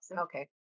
Okay